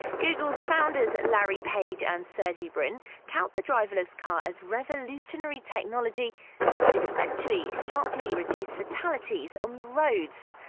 google's founders larry page and sergey brin tout the driverless car as revolutionary technology that could eventually sharply reduce fatalities on the roads.